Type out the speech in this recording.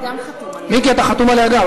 מיקי, גם אתה חתום עליה.